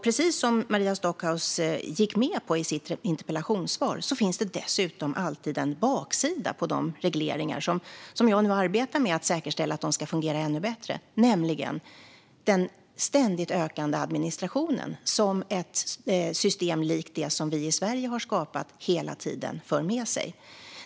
Precis som Maria Stockhaus höll med om i sitt inlägg finns det dessutom alltid en baksida på de regleringar som jag nu arbetar med för att säkerställa att de ska bli ännu bättre. Det gäller den ständigt ökande administrationen, som ett system likt det vi i Sverige har skapat hela tiden för med sig.